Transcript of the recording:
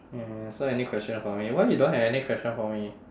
mm so any question for me why you don't have any question for me